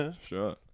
Sure